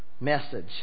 message